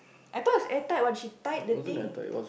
I thought is air tight what she tie the thing